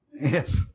Yes